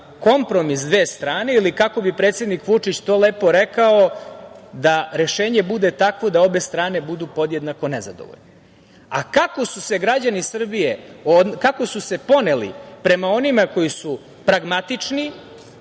kompromis dve strane ili, kako bi predsednik Vučić to lepo rekao, da rešenje bude takvo da obe strane budu podjednako nezadovoljne. Kako su se građani Srbije poneli prema onima koji su pragmatični,